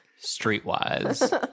Street-wise